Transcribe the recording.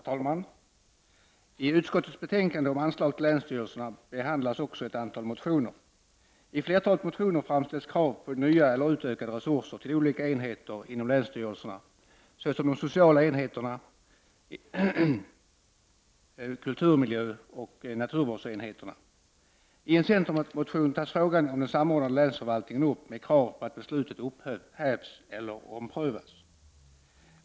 Herr talman! I utskottets betänkande om anslag till länsstyrelserna behandlas ett antal motioner. I flertalet motioner framställs krav på nya eller utökade resurser till olika enheter inom länsstyrelserna, såsom de sociala enheterna och kulturmiljöoch naturvårdsenheterna. I en centermotion tas frågan om den samordnade länsförvaltningen upp, och man kräver att det beslutet upphävs eller omprövas.